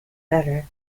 better